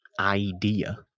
idea